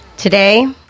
Today